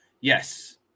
yes